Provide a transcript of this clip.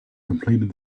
completed